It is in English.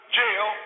jail